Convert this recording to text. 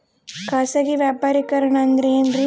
ಖಾಸಗಿ ವ್ಯಾಪಾರಿಕರಣ ಅಂದರೆ ಏನ್ರಿ?